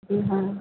जी हाँ